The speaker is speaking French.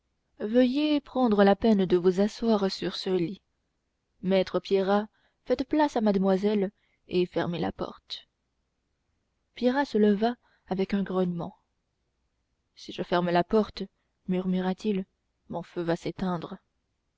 veuillez prendre la peine de vous asseoir sur ce lit maître pierrat faites place à madamoiselle et fermez la porte pierrat se leva avec un grognement si je ferme la porte murmura-t-il mon feu va s'éteindre